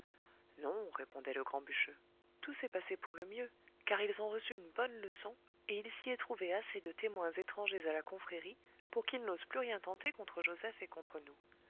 non répondait le grand bûcheux tout s'est passé pour le mieux car ils ont reçu une bonne leçon et il s'y est trouvé assez de témoins étrangers à la confrérie pour qu'ils n'osent plus rien tenter contre joseph et contre nous